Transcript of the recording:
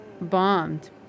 bombed